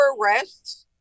arrests